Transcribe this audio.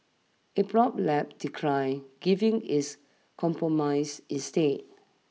Apron Lab declined giving is compromise instead